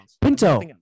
Pinto